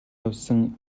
явсан